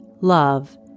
love